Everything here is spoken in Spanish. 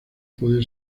puede